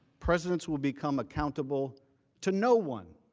presidents will become accountable to no one.